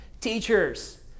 teachers